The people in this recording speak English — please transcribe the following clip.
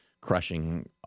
crushing